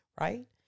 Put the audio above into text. right